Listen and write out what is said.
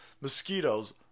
mosquitoes